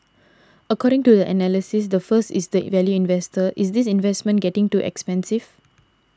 according to the analyst the first is the value investor is this investment getting too expensive